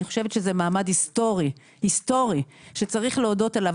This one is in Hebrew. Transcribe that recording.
אני חושבת שזה מעמד היסטורי שצריך להודות עליו,